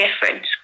difference